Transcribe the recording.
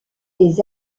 les